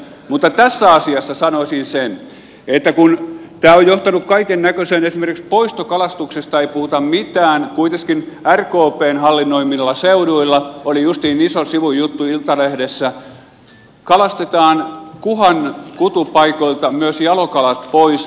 mutta tässä asiassa sanoisin sen että tämä on johtanut kaikennäköiseen esimerkiksi poistokalastuksesta ei puhuta mitään ja kuitenkin rkpn hallinnoimilla seuduilla oli justiin iso sivun juttu iltalehdessä kalastetaan kuhan kutupaikoilta myös jalokalat pois